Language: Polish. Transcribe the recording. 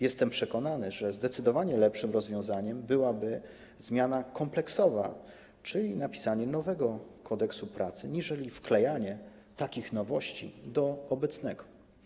Jestem przekonany, że zdecydowanie lepszym rozwiązaniem byłaby zmiana kompleksowa, czyli napisanie nowego Kodeksu pracy aniżeli wklejanie takich nowości do obecnego.